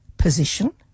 position